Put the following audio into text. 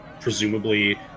presumably